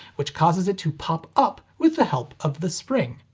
which causes it to pop up with the help of the spring.